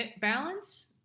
balance